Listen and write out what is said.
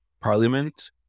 Parliament